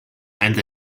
and